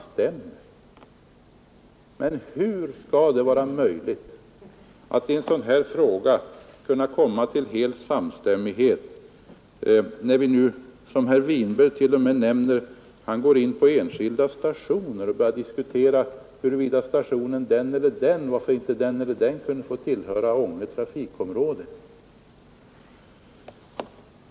Hur skall det vara möjligt att komma till samstämmighet i en sådan här fråga när man som herr Winberg börjar diskutera varför inte den eller den stationen kan få tillhöra Ånge trafikområde?